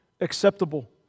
acceptable